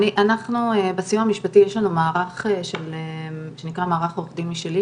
אנחנו בסיוע המשפטי יש לנו מערך שנקרא מערך העובדים 'משלי',